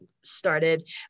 started